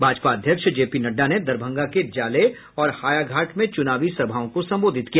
भाजपा अध्यक्ष जेपी नड्डा ने दरभंगा के जाले और हायाघाट में चुनावी सभाओं को संबोधित किया